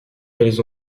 elles